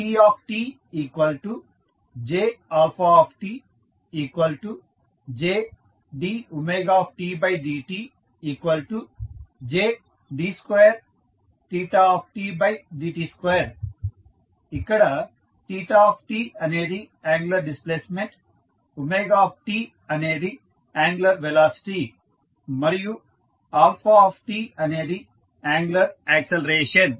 TtJαtJdωdtJd2θdt2 ఇక్కడ θ అనేది angular displacement t అనేది యాంగులర్ వెలాసిటీ మరియు అనేది యాంగులర్ యాక్సిలరేషన్